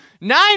nine